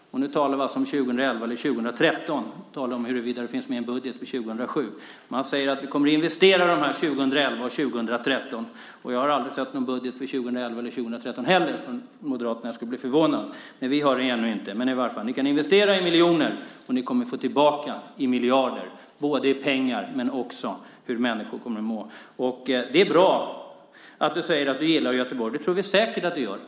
Vi talar alltså om 2011 och 2013. Vi talar om huruvida det finns med i en budget för 2007. Man säger att vi kommer att investera 2011 och 2013. Jag har inte sett någon budget från Moderaterna för 2011 och 2013 heller. Ni kan investera miljoner och ni kommer att få tillbaka miljarder, både i pengar och i hur människor kommer att må. Det är bra att du säger att du gillar Göteborg. Det tror vi säkert att du gör.